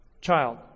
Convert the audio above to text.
child